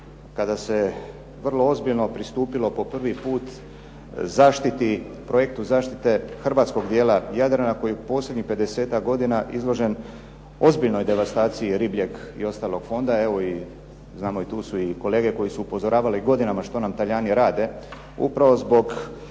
kada se vrlo ozbiljno pristupilo po prvi put projektu zaštite hrvatskog dijela Jadrana koji u posljednjih 50-ak godina izložen ozbiljnoj devastaciji ribljeg i ostalog fonda. Evo znamo, i tu su i kolege koje su upozoravale godinama što nam Talijani rade